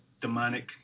demonic